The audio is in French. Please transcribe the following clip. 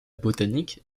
botanique